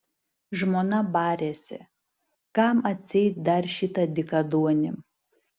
žmona barėsi kam atseit dar šitą dykaduonį